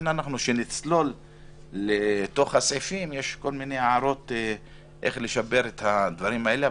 וכשנצלול לתוך הסעיפים יש כל מיני הערות איך לשפר את הדברים האלה.